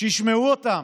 שישמעו אותם,